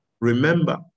Remember